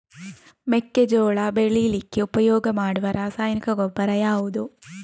ಮೆಕ್ಕೆಜೋಳ ಬೆಳೀಲಿಕ್ಕೆ ಉಪಯೋಗ ಮಾಡುವ ರಾಸಾಯನಿಕ ಗೊಬ್ಬರ ಯಾವುದು?